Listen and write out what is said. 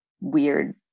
weird